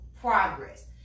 progress